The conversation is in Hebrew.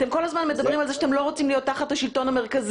אתם כל הזמן מדברים על זה שאתם לא רוצים להיות תחת השלטון המרכזי,